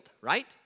right